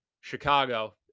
Chicago